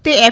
તે એફ